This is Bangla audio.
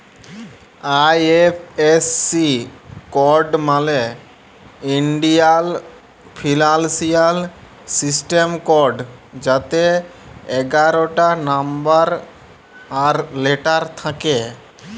আই.এফ.এস.সি কড মালে ইলডিয়াল ফিলালসিয়াল সিস্টেম কড যাতে এগারটা লম্বর আর লেটার থ্যাকে